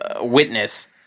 witness